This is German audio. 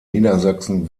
niedersachsen